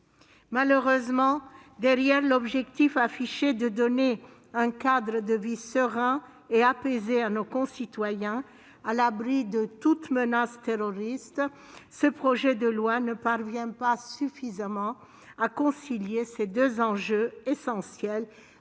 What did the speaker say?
Malheureusement, derrière l'objectif affiché de donner à ceux-ci un cadre de vie serein et apaisé, à l'abri de toute menace terroriste, ce projet de loi ne parvient pas suffisamment à concilier ces deux enjeux essentiels